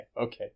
okay